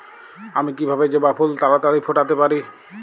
আমি কিভাবে জবা ফুল তাড়াতাড়ি ফোটাতে পারি?